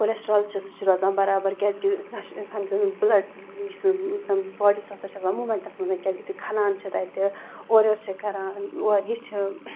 cholesterol چھِ سُہ چھِ روزان برابر کیٛازِکہِ زَن چھِ اِنسان بٕلَڈ یُس زَن باڈی چھِ آسان سۄ چھِ آسان موٗمٮ۪نٛٹَس منٛزٕے کیٛازِکہِ یُتھُے کھَنان چھِ تَتہِ اورٕ یورٕ چھِ کَران اور یہِ چھِ